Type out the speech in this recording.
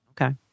Okay